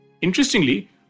Interestingly